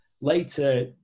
Later